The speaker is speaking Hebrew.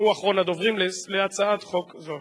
והוא אחרון הדוברים להצעת חוק זאת.